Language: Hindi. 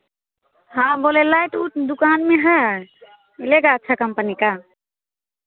हाँ बोले लाइट उट दुकान में है मिलेगा अच्छा कम्पनी का